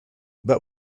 but